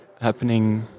happening